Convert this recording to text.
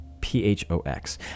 P-H-O-X